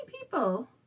people